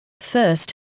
First